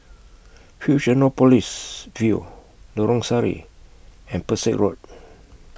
Fusionopolis View Lorong Sari and Pesek Road